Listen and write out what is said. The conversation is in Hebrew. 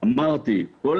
אמרתי, כל